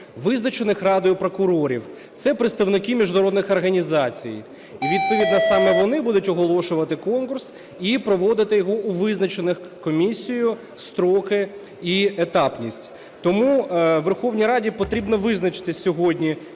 визначених Радою прокурорів. Це представники міжнародних організацій і відповідно саме вони будуть оголошувати конкурс і проводити його у визначені комісією строки і етапність. Тому Верховній Раді потрібно визначитись сьогодні,